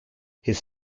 his